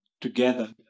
Together